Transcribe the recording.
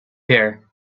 here